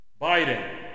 Biden